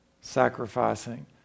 sacrificing